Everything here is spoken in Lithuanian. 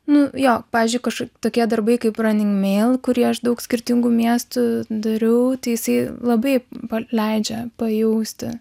nu jo pavyzdžiui kažko tokie darbai kaip rani meil kurį aš daug skirtingų miestų dariau tai jisai labai pa leidžia pajausti